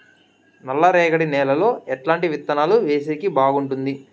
నల్లరేగడి నేలలో ఎట్లాంటి విత్తనాలు వేసేకి బాగుంటుంది?